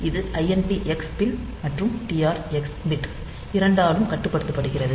இது INT x pin மற்றும் TR x bit இரண்டாலும் கட்டுப்படுத்தப்படுகிறது